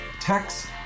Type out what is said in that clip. text